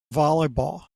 volleyball